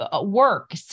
work